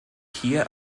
hier